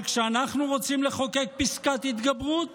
אבל כשאנחנו רוצים לחוקק פסקת התגברות